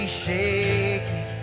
shaking